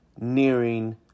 nearing